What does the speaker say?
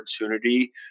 opportunity